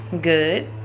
Good